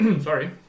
sorry